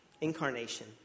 Incarnation